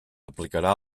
aplicarà